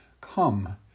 Come